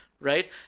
right